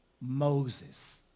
Moses